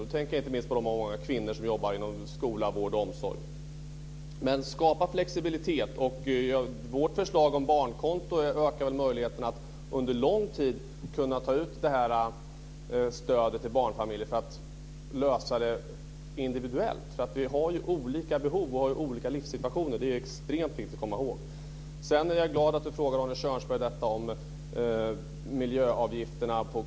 Då tänker jag inte minst på de många kvinnor som jobbar inom skola, vård och omsorg. Men skapa flexibilitet. Och vårt förslag om barnkonto ökar möjligheterna för barnfamiljer att under lång tid ta ut detta stöd för att lösa det individuellt. Vi har ju olika behov och olika livssituationer. Det är extremt viktigt att komma ihåg. Sedan är jag glad att Birger Schlaug frågade Arne EU.